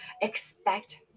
expect